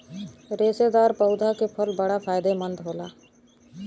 रेशेदार पौधा के फल बड़ा फायदेमंद होला